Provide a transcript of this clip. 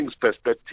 perspective